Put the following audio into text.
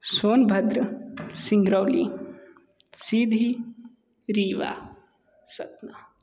Sonbhadra Singrauli Sidhi Rewa Satna